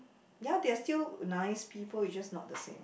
ya they are still nice people it's just not the same